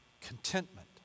Contentment